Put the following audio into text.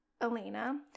Elena